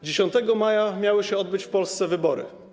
10 maja miały się odbyć w Polsce wybory.